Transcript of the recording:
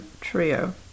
trio